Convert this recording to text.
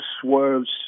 swerves